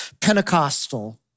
Pentecostal